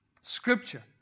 Scripture